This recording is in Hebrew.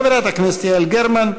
חברת הכנסת יעל גרמן,